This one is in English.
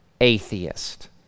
atheist